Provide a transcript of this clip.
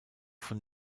von